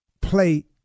Play